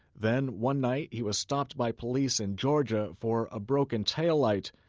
then, one night, he was stopped by police in georgia for a broken taillight.